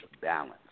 balance